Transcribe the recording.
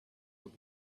were